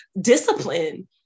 discipline